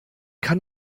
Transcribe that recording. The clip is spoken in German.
kann